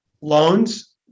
loans